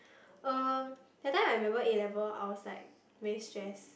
um that time I remember A-level I was like very stress